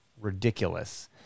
ridiculous